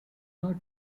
not